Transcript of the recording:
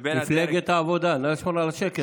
שבין --- מפלגת העבודה, נא לשמור על השקט.